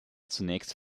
zunächst